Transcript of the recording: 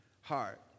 heart